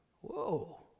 whoa